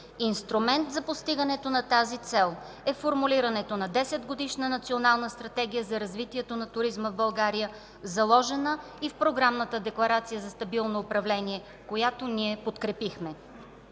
Инструмент за постигането на тази цел е формулирането на 10-годишна Национална стратегия за развитието на туризма в България, заложена и в Програмната декларация за стабилно управление, която ние подкрепихме.